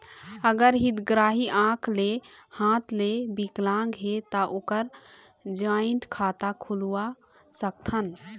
अगर हितग्राही आंख ले हाथ ले विकलांग हे ता ओकर जॉइंट खाता खुलवा सकथन?